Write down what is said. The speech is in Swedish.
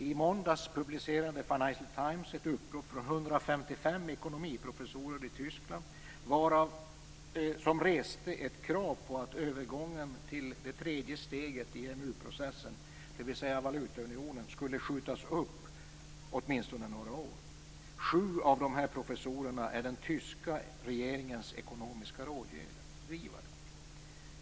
I måndags publicerade Financial Times ett upprop från 155 ekonomiprofessorer i Tyskland, som reste ett krav på att övergången till det tredje steget i EMU-processen, dvs. valutaunionen, skulle skjutas upp, åtminstone några år. Sju av professorerna är ekonomiska rådgivare till den tyska regeringen.